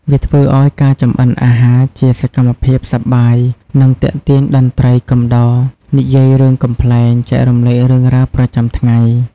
វាធ្វើឱ្យការចម្អិនអាហារជាសកម្មភាពសប្បាយ និងទាក់ទាញតន្ត្រីកំដរ និយាយរឿងកំប្លែង ចែករំលែករឿងរ៉ាវប្រចាំថ្ងៃ។